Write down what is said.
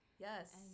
Yes